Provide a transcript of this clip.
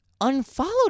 unfollowed